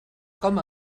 com